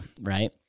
right